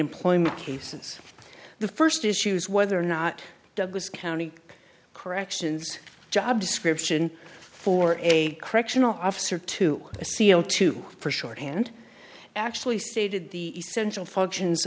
employment cases the first issue is whether or not douglas county corrections job description for a correctional officer to a c o two for shorthand actually stated the essential functions